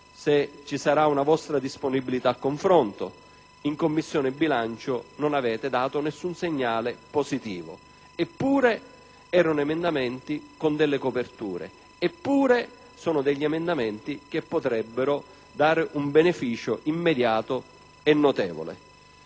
se ci sarà una vostra disponibilità al confronto. In Commissione bilancio non avete dato alcun segnale positivo; eppure erano emendamenti per i quali vi era copertura; eppure sono emendamenti che potrebbero determinare un beneficio immediato e notevole.